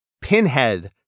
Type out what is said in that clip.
Pinhead